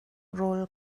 rawl